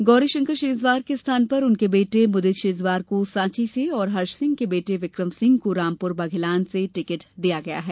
गौरीशंकर शेजवार के स्थान पर उनके बेटे मुदित शेजवार को सॉची से और हर्ष सिंह के बेटे विकम सिंह को रामपुर बघेलान से टिकट दिया गया है